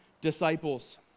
Disciples